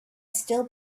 still